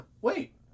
wait